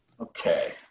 Okay